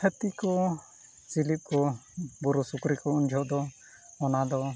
ᱦᱟᱹᱛᱤ ᱠᱚ ᱪᱤᱞᱤ ᱠᱚ ᱵᱩᱨᱩ ᱥᱩᱠᱨᱤ ᱠᱚ ᱩᱱ ᱡᱚᱦᱚᱜ ᱫᱚ ᱚᱱᱟ ᱫᱚ